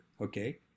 okay